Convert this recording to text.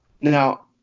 Now